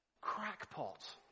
crackpot